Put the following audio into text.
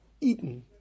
eaten